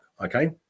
okay